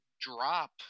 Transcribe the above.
drop